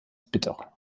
bitter